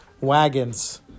wagons